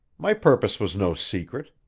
my purpose was no secret.